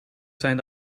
zijn